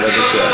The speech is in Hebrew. בבקשה.